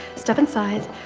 step inside.